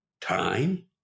Time